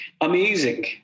amazing